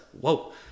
Whoa